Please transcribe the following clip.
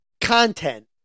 content